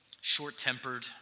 short-tempered